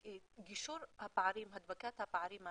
גישור על הפערים, הדבקת הפערים האלה,